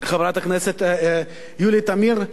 חברת הכנסת יולי תמיר,